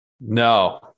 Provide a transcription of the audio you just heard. No